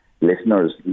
listeners